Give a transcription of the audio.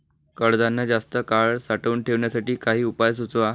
कडधान्य जास्त काळ साठवून ठेवण्यासाठी काही उपाय सुचवा?